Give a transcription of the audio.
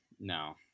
No